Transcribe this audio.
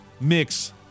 mix